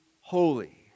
holy